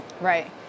Right